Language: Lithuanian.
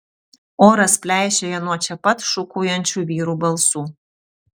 oras pleišėja nuo čia pat šūkaujančių vyrų balsų